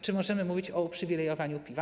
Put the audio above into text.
Czy możemy mówić o uprzywilejowaniu piwa?